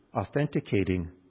authenticating